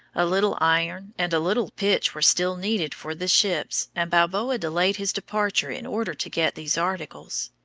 a little iron and a little pitch were still needed for the ships, and balboa delayed his departure in order to get these articles.